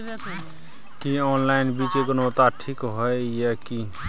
की online बीज के गुणवत्ता ठीक होय ये की?